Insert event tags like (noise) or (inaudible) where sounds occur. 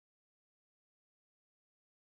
(unintelligible)